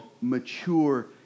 mature